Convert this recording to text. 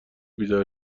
بیدار